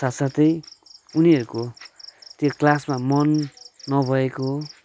साथ साथै उनीहरूको त्यो क्लासमा मन नभएको